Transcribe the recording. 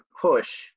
push